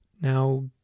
Now